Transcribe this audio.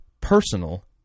Personal